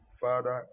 Father